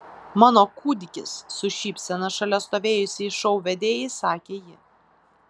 mano kūdikis su šypsena šalia stovėjusiai šou vedėjai sakė ji